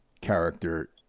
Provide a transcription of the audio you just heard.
character